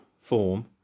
form